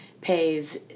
pays